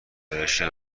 ارایشی